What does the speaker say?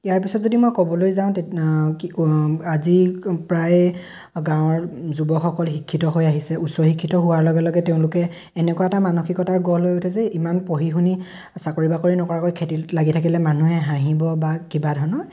ইয়াৰ পিছত যদি মই ক'বলৈ যাওঁ তেতিয়া কি আজি প্ৰায় গাঁৱৰ যুৱকসকলে শিক্ষিত হৈ আহিছে উচ্চ শিক্ষিত হোৱাৰ লগে লগে তেওঁলোকে এনেকুৱা এটা মানসিকতাৰ গঢ় লৈ উঠে যে ইমান পঢ়ি শুনি চাকৰি বাকৰি নকৰাকৈ খেতিত লাগি থাকিলে মানুহে হাঁহিব বা কিবা ধৰণৰ